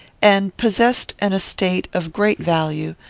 and possessed an estate of great value,